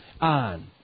on